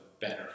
better